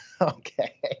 Okay